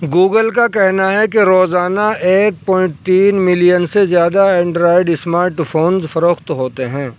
Google کا کہنا ہے کہ روزانہ ایک پوائنٹ تین ملین سے زیادہ اینڈرائڈ اسمارٹ فونز فروخت ہوتے ہیں